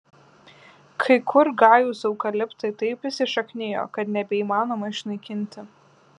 kai kur gajūs eukaliptai taip įsišaknijo kad nebeįmanoma išnaikinti